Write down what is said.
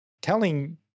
telling